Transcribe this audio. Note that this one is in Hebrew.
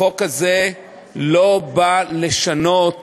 החוק הזה לא נועד לשנות